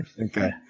Okay